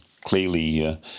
clearly